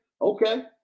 Okay